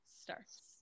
starts